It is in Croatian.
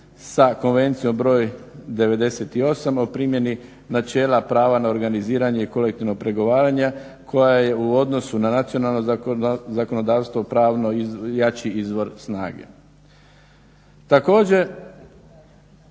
sa Konvencijom br. 98 o primjeni načela prava na organiziranje i kolektivno pregovaranje koja je u odnosu na nacionalno zakonodavstvo pravni jači izvor snage.